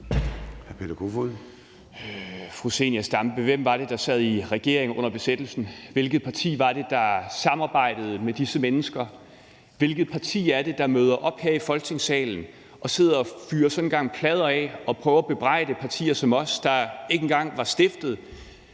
hvem var det, der sad i regering under besættelsen? Hvilket parti var det, der samarbejdede med disse mennesker? Hvilket parti er det, der møder op her i Folketingssalen og sidder og fyrer sådan en gang pladder af og prøver at bebrejde partier som vores, der ikke engang var stiftet